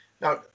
now